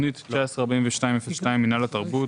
בתוכנית 19-43-02, מינהל התרבות